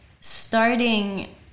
starting